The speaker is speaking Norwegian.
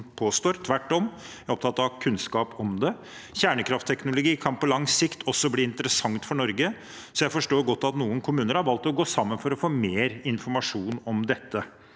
Tvert om er jeg opptatt av å ha kunnskap om det. Kjernekraftteknologi kan på lang sikt også bli interessant for Norge, så jeg forstår godt at noen kommuner har valgt å gå sammen for å få mer informasjon om dette.